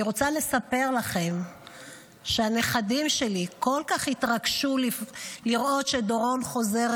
אני רוצה לספר לכם שהנכדים שלי כל כך התרגשו לראות שדורון חוזרת.